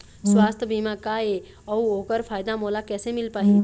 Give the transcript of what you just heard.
सुवास्थ बीमा का ए अउ ओकर फायदा मोला कैसे मिल पाही?